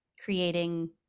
Creating